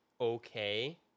okay